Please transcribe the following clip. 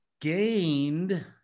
gained